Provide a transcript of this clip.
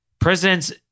Presidents